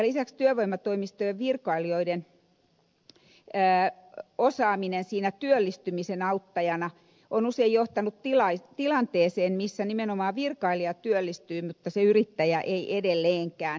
lisäksi työvoimatoimistojen virkailijoiden osaaminen työllistymisen auttajana on usein johtanut tilanteeseen jossa nimenomaan virkailija työllistyy mutta se yrittäjä ei edelleenkään